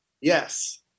yes